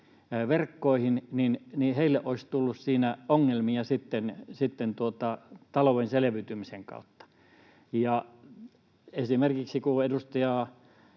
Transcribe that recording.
verkkoihin, olisi tullut siinä ongelmia taloudellisen selviytymisen kautta. Esimerkiksi kun edustaja